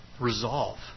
resolve